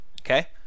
Okay